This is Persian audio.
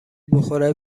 بخوره